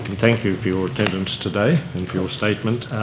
thank you for your attendance today and for your statement.